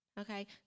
Okay